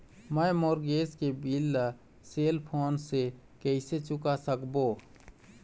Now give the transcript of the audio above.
मैं मोर गैस के बिल ला सेल फोन से कइसे चुका सकबो?